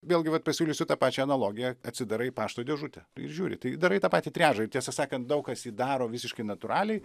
vėlgi vat pasiūlysiu tą pačią analogiją atsidarai pašto dėžutę ir žiūri tai darai tą patį triažą ir tiesą sakant daug kas jį daro visiškai natūraliai